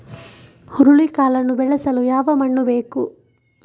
ಹುರುಳಿಕಾಳನ್ನು ಬೆಳೆಸಲು ಯಾವ ಮಣ್ಣು ಬೇಕು?